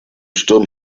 sturm